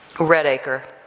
redacre